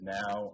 now